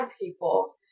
people